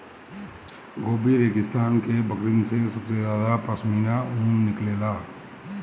Gobi रेगिस्तान के बकरिन से सबसे ज्यादा पश्मीना ऊन निकलेला